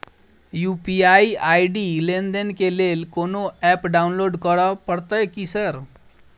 UPI ID लेनदेन केँ लेल कोनो ऐप डाउनलोड करऽ पड़तय की सर?